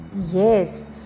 Yes